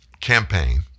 campaign